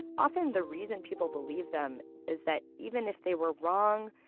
often the reason people believed them is that even if they were wrong,